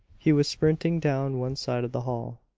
he was sprinting down one side of the hall.